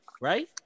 right